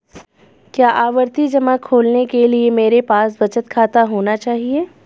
क्या आवर्ती जमा खोलने के लिए मेरे पास बचत खाता होना चाहिए?